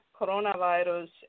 coronavirus